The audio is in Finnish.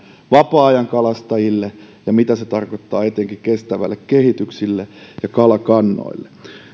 vapaa ajankalastajille ja mitä se tarkoittaa etenkin kestävälle kehitykselle ja kalakannoille